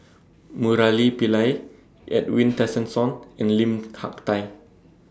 Murali Pillai Edwin Tessensohn and Lim Hak Tai